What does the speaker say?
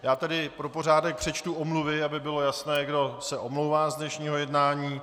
Já tedy pro pořádek přečtu omluvy, aby bylo jasné, kdo se omlouvá z dnešního jednání.